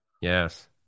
Yes